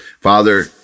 Father